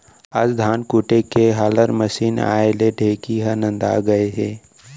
आज धान कूटे के हालर मसीन आए ले ढेंकी ह नंदा गए हे